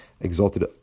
exalted